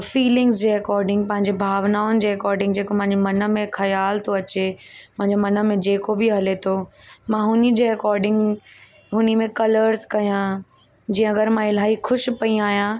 feelings जे according पंहिंजे भावनाउनि जे अकॉर्डिंग जेको मांजे मन में ख़्यालु थो अचे मांजे मन में जेको बि हले थो मां हुनजे अकॉर्डिंग हुन में कलर्स कयां जीअं अगरि मां इलाही ख़ुशि पेई आहियां